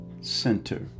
center